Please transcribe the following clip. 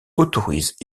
autorise